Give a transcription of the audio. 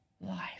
life